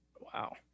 Wow